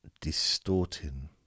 distorting